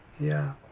yeah,